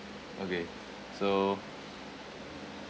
okay so